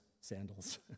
sandals